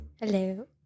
Hello